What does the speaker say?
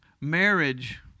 marriage